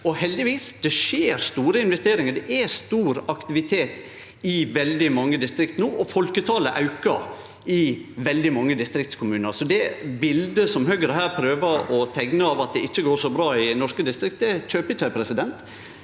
Heldigvis skjer det store investeringar, det er stor aktivitet i veldig mange distrikt no, og folketalet aukar i veldig mange distriktskommunar. Så det bildet som Høgre her prøver å teikne av at det ikkje går så bra i norske distrikt, kjøper eg ikkje.